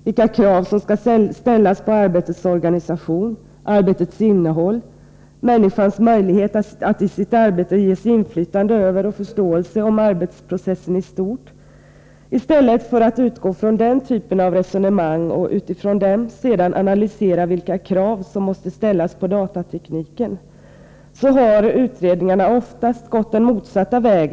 och vilka krav som skall ställas på arbetets organisation, arbetets innehåll, människans möjligheter att i sitt arbete få inflytande över och insikt om arbetsprocessen i stort och utifrån den typen av resonemang sedan analysera vilka krav som måste ställas på datatekniken, har utredningarna oftast gått den motsatta vägen.